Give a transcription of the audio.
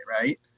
right